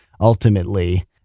ultimately